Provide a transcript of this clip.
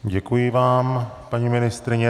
Děkuji vám, paní ministryně.